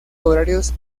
horarios